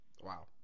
Wow